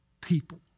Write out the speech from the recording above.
people